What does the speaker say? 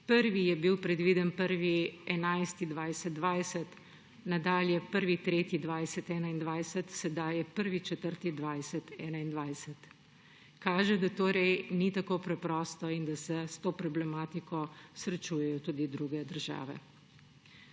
Prvi je bil predviden 1. 11. 2020, nadalje 1. 3. 2021, sedaj 1. 4. 2021. Kaže, da torej ni tako preprosto in da se s to problematiko srečujejo tudi druge države.